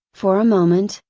for a moment,